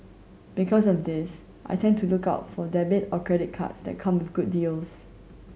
because of this I tend to look out for debit or credit cards that come with good deals